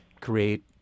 create